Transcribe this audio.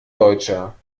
deutscher